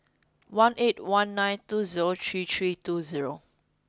one eight one nine two zero three three two zero